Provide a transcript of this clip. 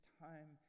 time